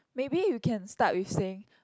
maybe you can start with saying